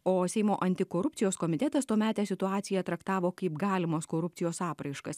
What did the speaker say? o seimo antikorupcijos komitetas tuometę situaciją traktavo kaip galimos korupcijos apraiškas